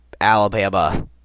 Alabama